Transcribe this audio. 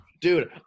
dude